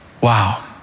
Wow